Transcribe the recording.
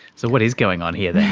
so what is going on here then?